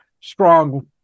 strong